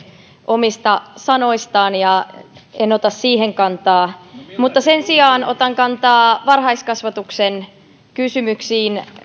omista sanoistaan ja en ota siihen kantaa mutta sen sijaan otan kantaa varhaiskasvatuksen kysymyksiin